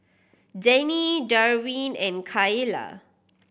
Denny Darwyn and Kaila